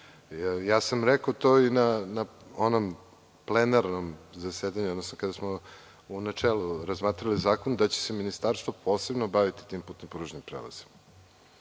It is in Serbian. Rekao sam to i na plenarnom zasedanju, odnosno kada smo u načelu razmatrali zakon da će se ministarstvo posebno baviti tim putno-pružnim prelazima. Na